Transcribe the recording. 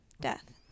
death